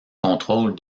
contrôle